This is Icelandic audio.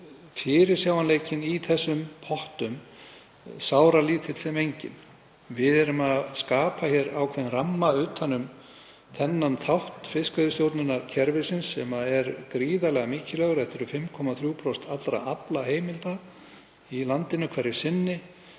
fyrirsjáanleikinn í þessum pottum sáralítill sem enginn. Við erum að skapa ákveðinn ramma utan um þennan þátt fiskveiðistjórnarkerfisins sem er gríðarlega mikilvægur, þetta eru um 5,3% allra aflaheimilda í landinu hverju sinni,